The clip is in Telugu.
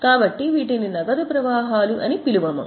కాబట్టి వీటిని నగదు ప్రవాహాలు అని పిలువము